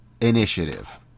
Initiative